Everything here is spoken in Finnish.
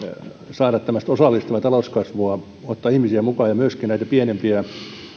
saada tämmöistä osallistavaa talouskasvua ottaa ihmisiä mukaan ja myöskin näitä pienempiä